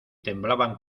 temblaban